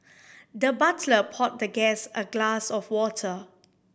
the butler poured the guest a glass of water